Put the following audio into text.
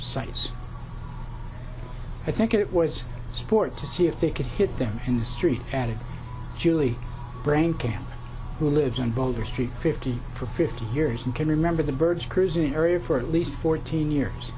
sides i think it was sport to see if they could get them in the street at a julie brain cam who lives in boulder st fifty for fifty years and can remember the birds cruising area for at least fourteen years